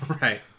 right